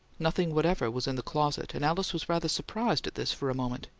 nothing whatever was in the closet, and alice was rather surprised at this for a moment.